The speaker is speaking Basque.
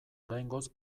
oraingoz